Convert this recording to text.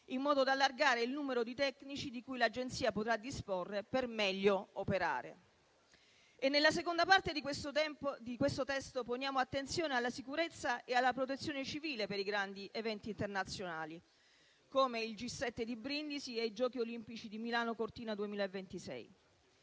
in modo da allargare il numero di tecnici di cui l'Agenzia potrà disporre per meglio operare. Nella seconda parte di questo testo poniamo attenzione alla sicurezza e alla protezione civile per i grandi eventi internazionali come il G7 di Brindisi e i Giochi olimpici di Milano-Cortina 2026.